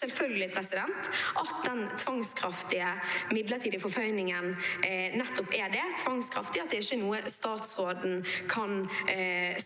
selvfølgelig at den tvangskraftige midlertidige forføyningen nettopp er det – tvangskraftig – at det ikke er noe statsråden kan